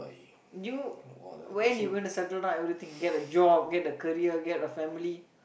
you when you going to settle down everything get a job get a career get a family